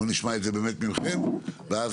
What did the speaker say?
בואו נשמע את זה באמת מכם,